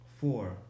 four